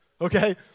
okay